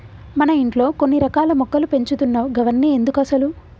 మన ఇంట్లో కొన్ని రకాల మొక్కలు పెంచుతున్నావ్ గవన్ని ఎందుకసలు